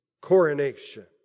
coronation